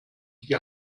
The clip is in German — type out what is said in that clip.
die